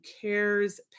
cares